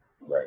Right